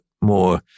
more